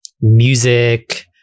music